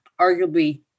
arguably